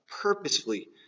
purposefully